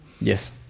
Yes